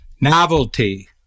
novelty